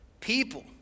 people